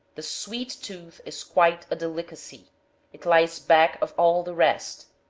the sweet tooth is quite a delicacy it lies back of all the rest,